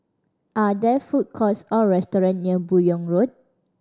are there food courts or restaurant near Buyong Road